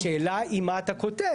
השאלה היא מה אתה כותב.